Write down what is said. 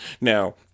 Now